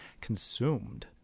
consumed